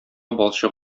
балчык